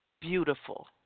beautiful